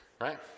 Right